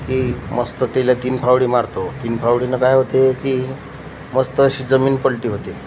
की मस्त त्याला तीन फावडे मारतो तीन फावडेनं काय होते की मस्त अशी जमीन पलटी होते